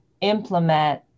implement